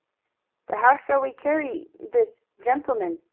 but how shall we carry this gentleman?